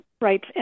right